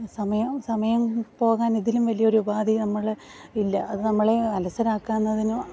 സമയം സമയം പോകാൻ ഇതിലും വലിയൊരു ഉപാധി നമ്മളെ ഇല്ല അതു നമ്മളെ അലസരാക്കുന്നതിനും